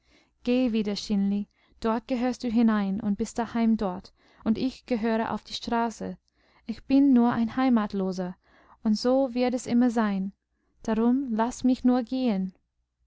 geh wieder stineli dort gehörst du hinein und bist daheim dort und ich gehöre auf die straße ich bin nur ein heimatloser und so wird es immer sein darum laß mich nur gehen